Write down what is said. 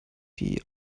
die